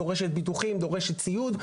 דורשת ביטוחים וציוד.